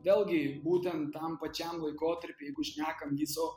vėlgi būtent tam pačiam laikotarpy jeigu šnekam viso